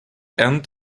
end